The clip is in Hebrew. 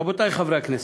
רבותי חברי הכנסת,